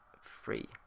free